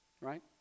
right